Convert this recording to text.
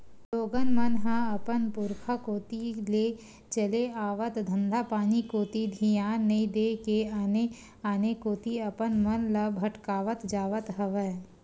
लोगन मन ह अपन पुरुखा कोती ले चले आवत धंधापानी कोती धियान नइ देय के आने आने कोती अपन मन ल भटकावत जावत हवय